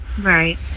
right